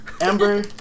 Amber